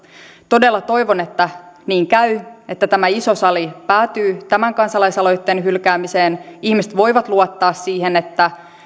todella toivon että niin käy että tämä iso sali päätyy tämän kansalaisaloitteen hylkäämiseen ihmiset voivat luottaa siihen että